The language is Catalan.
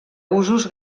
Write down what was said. usos